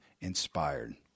inspired